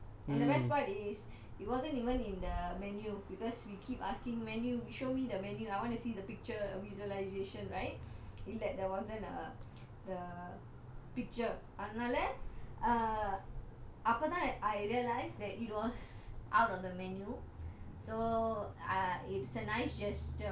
he offered us that and the best part is it wasn't even in the menu because we keep asking menu show me the menu I want to see the picture visualisation right இல்லை:illai there wasn't err the picture அதனால:athanala err அப்போ தான்:appo thaan I realised that it was out of the menu so I